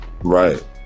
Right